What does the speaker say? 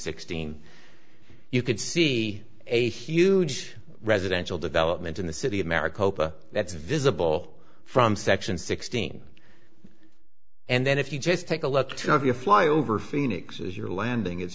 sixteen you can see a huge residential development in the city america that's visible from section sixteen and then if you just take a left turn if you fly over phoenix as you're landing it's